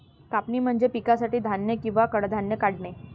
कापणी म्हणजे पिकासाठी धान्य किंवा कडधान्ये काढणे